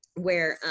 where,